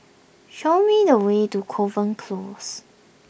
show me the way to Kovan Close